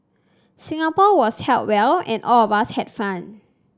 Singapore was held well and all of us had fun